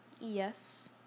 yes